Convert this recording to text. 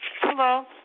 Hello